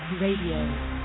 Radio